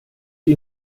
sie